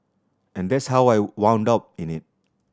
and that's how I up in it